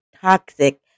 toxic